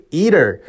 eater